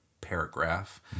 paragraph